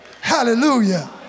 Hallelujah